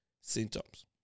symptoms